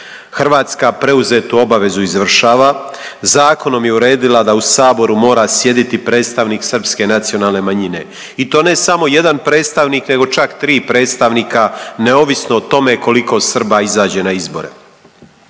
Hrvatska preuzetu obavezu izvršava. Zakonom je uredila da u saboru mora sjediti predstavnik srpske nacionalne manjine i to ne samo jedan predstavnik nego čak 3 predstavnika neovisno o tome koliko Srba izađe na izbore.